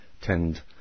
tend